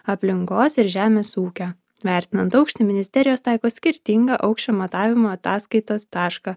aplinkos ir žemės ūkio vertinant aukštį ministerijos taiko skirtingą aukščio matavimo ataskaitos tašką